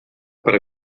per